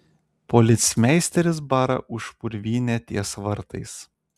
policmeisteris bara už purvynę ties vartais